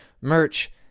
merch